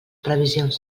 previsions